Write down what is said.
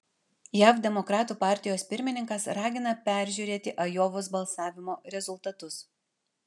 jav demokratų partijos pirmininkas ragina peržiūrėti ajovos balsavimo rezultatus